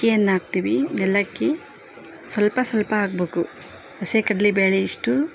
ಅಕ್ಕಿಯನ್ನ ಹಾಕ್ತಿವಿ ಏಲಕ್ಕಿ ಸ್ವಲ್ಪ ಸ್ವಲ್ಪ ಹಾಕ್ಬೇಕು ಹಸಿ ಕಡಲೇಬೇಳೆ ಇಷ್ಟು